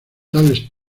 tales